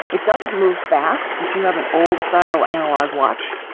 it doesn't move fast if you have an old style analog watch,